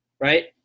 right